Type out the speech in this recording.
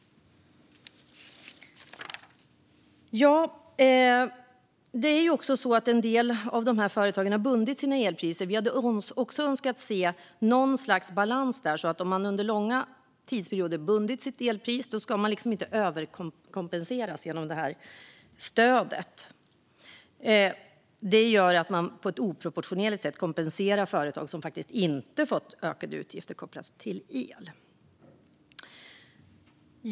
Det är också så att en del av de här företagen har bundit sina elpriser. Vi hade önskat se något slags balans där; om man under långa tidsperioder haft sitt elpris bundet ska man inte överkompenseras genom stödet, anser vi. Som det är nu kompenseras på ett oproportionerligt sätt företag som inte fått ökade utgifter för el.